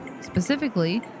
specifically